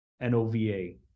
N-O-V-A